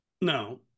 No